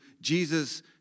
Jesus